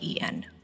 en